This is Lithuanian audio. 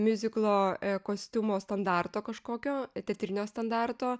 miuziklo kostiumo standarto kažkokio teatrinio standarto